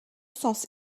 sens